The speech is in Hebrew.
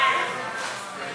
ההצעה להעביר